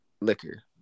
liquor